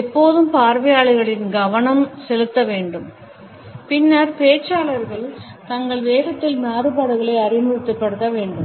எப்போதும் பார்வையாளர்களிடம் கவனம் செலுத்த வேண்டும் பின்னர் பேச்சாளர்கள் தங்கள் வேகத்தில் மாறுபாடுகளை அறிமுகப்படுத்தப்பட வேண்டும்